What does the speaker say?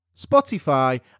Spotify